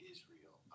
Israel